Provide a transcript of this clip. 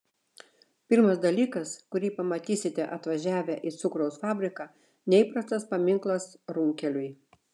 pirmas dalykas kurį pamatysite atvažiavę į cukraus fabriką neįprastas paminklas runkeliui